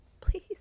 please